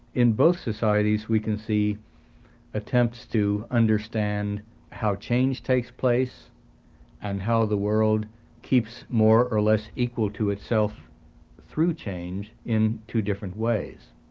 in both societies we can see attempts to understand how change takes place and how the world keeps more or less equal to itself through change in two different ways.